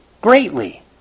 greatly